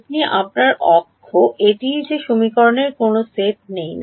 এটি আপনার Ax এটা সেই সেট যেখানে সমীকরণের কোনও সেট নেই